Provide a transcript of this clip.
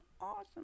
awesome